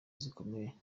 zikomeye